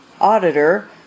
auditor